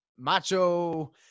Macho